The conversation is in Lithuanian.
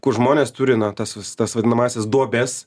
kur žmonės turi tas vis tas vadinamąsias duobes